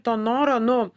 to noro nu